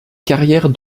carrière